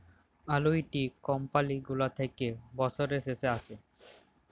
আলুইটি কমপালি গুলা থ্যাকে বসরের শেষে আসে